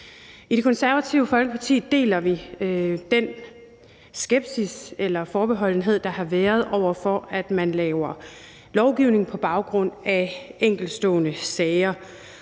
I Det Konservative Folkeparti deler vi den skepsis eller forbeholdenhed, der har været over for, at man laver lovgivning på baggrund af enkeltstående sager,